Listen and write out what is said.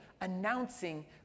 announcing